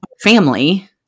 family